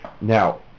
Now